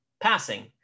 passing